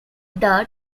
that